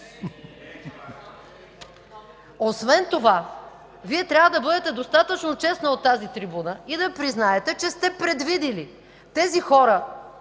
Освен това Вие трябва да бъдете достатъчно честна от тази трибуна и да признаете, че сте предвидили тези хора,